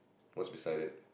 what's beside it